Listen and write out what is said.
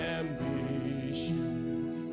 ambitions